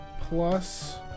plus